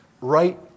Right